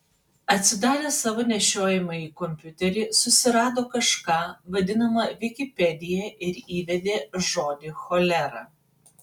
atsidaręs savo nešiojamąjį kompiuterį susirado kažką vadinamą vikipedija ir įvedė žodį cholera